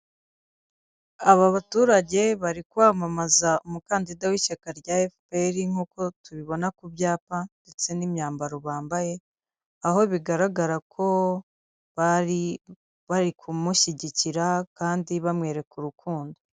Aba baturage bari kwamamaza umukandida w'ishyaka rya FPR nk'uko tubibona ku byapa ndetse n'imyambaro bambaye, aho bigaragara ko bari bari kumushyigikira kandi bamwereka urukundo.